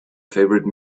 favorite